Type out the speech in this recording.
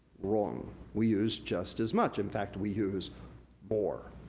wrong, we use just as much, in fact, we use more.